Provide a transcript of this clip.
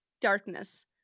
darkness